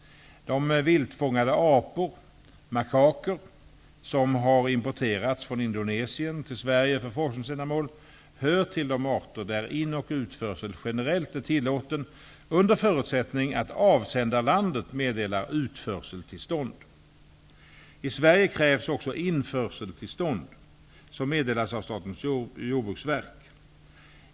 De viltfångade apor, makaker, som har importerats från Indonesien till Sverige för forskningsändamål, hör till de arter där in och utförsel generellt är tillåten, under förutsättning att avsändarlandet meddelar utförseltillstånd. I Sverige krävs också införseltillstånd, som meddelas av Statens jordbruksverk.